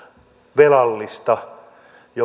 velallista